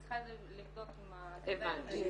אני צריכה לבדוק עם ה- -- טוב,